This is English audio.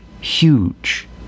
huge